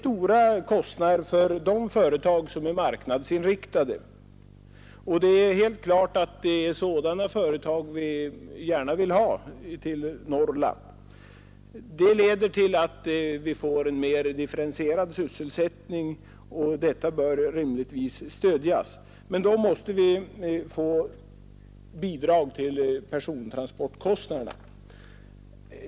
Dessa är stora för de företag som är marknadsinriktade, och det är helt klart att det är sådana företag vi gärna vill ha till Norrland. De ger oss en mera differentierad sysselsättning och tanken bör därför stödjas. Men då måste vi också få bidrag till persontransportkostnaderna.